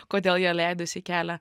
kodėl jie leidosi į kelią